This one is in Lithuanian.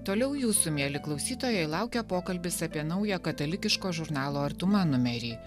toliau jūsų mieli klausytojai laukia pokalbis apie naują katalikiško žurnalo artuma numerį